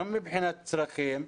גם מבחינת צרכים,